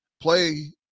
play